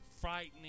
frightening